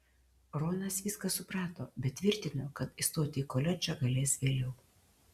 ronas viską suprato bet tvirtino kad įstoti į koledžą galės vėliau